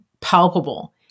palpable